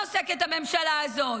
אבל במה עוסקת הממשלה הזאת?